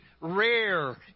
rare